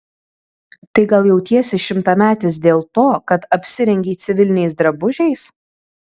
tai gal jautiesi šimtametis dėl to kad apsirengei civiliniais drabužiais